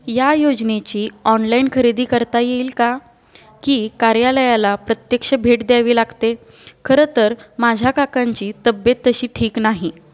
या योजनेची ऑनलाईन खरेदी करता येईल का की कार्यालयाला प्रत्यक्ष भेट द्यावी लागते खरंतर माझ्या काकांची तब्बेत तशी ठीक नाही